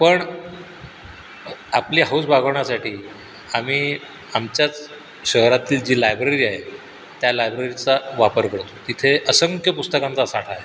पण आपली हौस भागवण्यासाठी आम्ही आमच्याच शहरातील जी लायब्ररी आहे त्या लायब्ररीचा वापर करतो तिथे असंख्य पुस्तकांचा साठा आहे